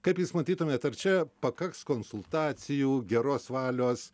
kaip jūs matytumėt ar čia pakaks konsultacijų geros valios